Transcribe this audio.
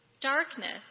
Darkness